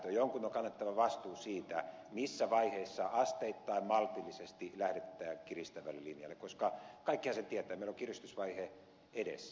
jonkun on kannettava vastuu siitä missä vaiheessa asteittain maltillisesti lähdetään kiristävälle linjalle koska kaikkihan sen tietävät että meillä on kiristysvaihe edessä